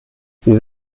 sie